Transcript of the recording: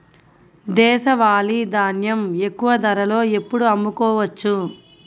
దేశవాలి ధాన్యం ఎక్కువ ధరలో ఎప్పుడు అమ్ముకోవచ్చు?